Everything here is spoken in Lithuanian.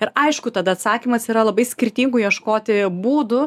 ir aišku tada atsakymas yra labai skirtingų ieškoti būdų